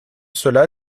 cela